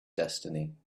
destiny